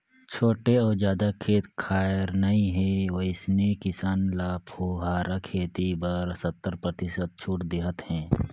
छोटे अउ जादा खेत खार नइ हे वइसने किसान ल फुहारा खेती बर सत्तर परतिसत छूट देहत हे